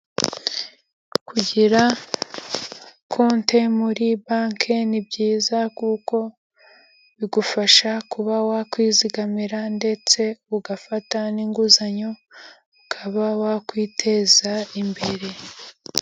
Kugira konti muri banki ni byiza, kuko bigufasha kuba wakwizigamira ndetse ugafata n'inguzanyo, ukaba wakwiteza imbere.